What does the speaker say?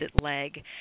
leg